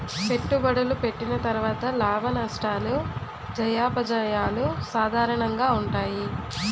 పెట్టుబడులు పెట్టిన తర్వాత లాభనష్టాలు జయాపజయాలు సాధారణంగా ఉంటాయి